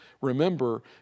Remember